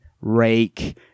Rake